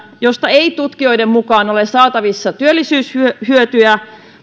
josta ei tutkijoiden mukaan ole saatavissa työllisyyshyötyjä